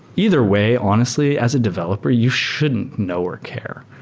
either way, honestly as a developer, you shouldn't know or care.